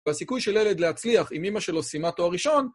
והסיכוי של ילד להצליח אם אימא שלו סיימה תואר ראשון